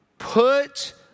Put